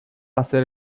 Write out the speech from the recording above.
hacer